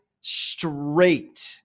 straight